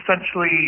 Essentially